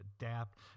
adapt